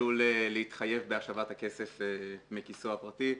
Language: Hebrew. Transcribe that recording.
עלול להתחייב בהשבת הכסף מכיסו הפרטי לרשות.